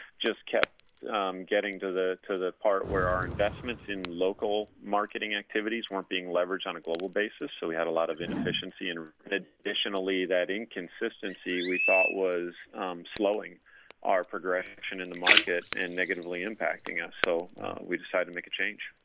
just kept getting to the to the part where our investments in local marketing activities weren't being leveraged on a global basis. so we had a lot of inefficiency. and an additionally that inconsistency we thought, was slowing our progression in the market, and negatively impacting us. so we decided to make a change.